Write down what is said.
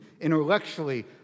intellectually